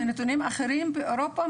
מנתונים אחרים באירופה,